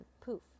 Poof